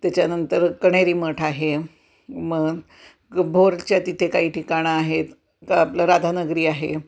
त्याच्यानंतर कण्हेरी मठ आहे मग भोरच्या तिथे काही ठिकाणं आहेत का आपलं राधानगरी आहे